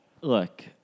Look